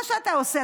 מה שאתה עושה,